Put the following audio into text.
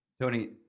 Tony